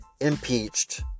impeached